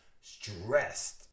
stressed